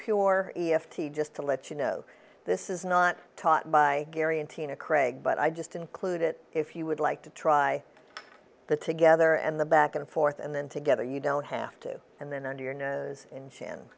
pure e f t just to let you know this is not taught by gary and tina craig but i just include it if you would like to try the together and the back and forth and then together you don't have to and then under your nose in j